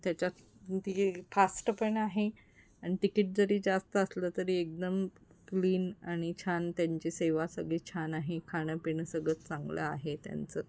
त्याच्यात ते फास्ट पण आहे आणि तिकीट जरी जास्त असलं तरी एकदम क्लीन आणि छान त्यांची सेवा सगळी छान आहे खाणंपिणं सगळं चांगलं आहे त्यांचं